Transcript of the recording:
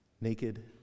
naked